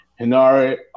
Hinari